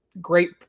Great